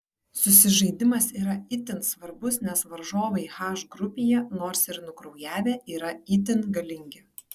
susižaidimas yra itin svarbus nes varžovai h grupėje nors ir nukraujavę yra itin galingi